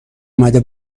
امده